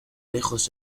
lejos